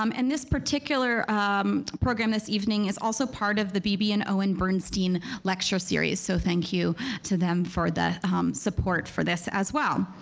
um and this particular um program this evening is also part of the bebe and owen bernstein lecture series, so thank you to them for the support for this as well.